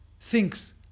thinks